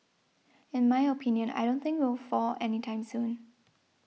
in my opinion I don't think will fall any time soon